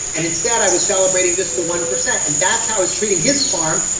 and instead i was celebrating just the one percent. and that's how i was treating his farm.